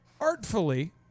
artfully